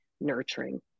nurturing